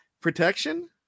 protection